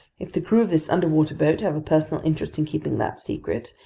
if the crew of this underwater boat have a personal interest in keeping that secret,